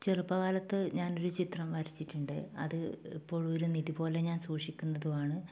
ചെറുപ്പകാലത്ത് ഞാൻ ഒരു ചിത്രം വരച്ചിട്ടുണ്ട് അത് ഇപ്പോൾ ഒരു നിധി പോലെ ഞാൻ സൂക്ഷിക്കുന്നതുമാണ്